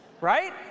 right